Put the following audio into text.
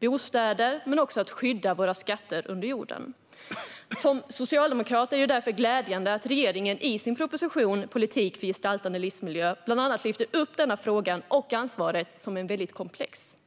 bostäder och att skydda våra skatter under jorden. Som socialdemokrat finner jag det därför glädjande att regeringen i sin proposition Politik för gestaltad livsmiljö bland annat tar upp denna fråga och frågan om ansvaret. Det är väldigt komplext.